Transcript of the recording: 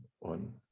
on